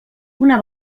una